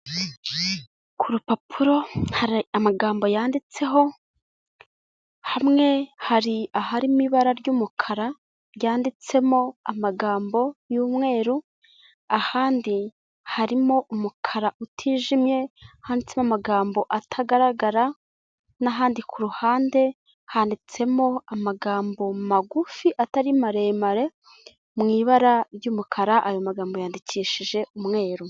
Ku rupapuro hari amagambo yanditseho, hamwe hari aharimo ibara ry'umukara ryanditsemo amagambo y'umweru, ahandi harimo umukara utijimye handitsemo amagambo atagaragara, n'ahandi ku ruhande handitsemo amagambo magufi atari maremare mu ibara ry'umukara, ayo magambo yandikishije umweru.